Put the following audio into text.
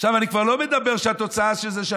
אני כבר לא מדבר על זה שהתוצאה של זה היא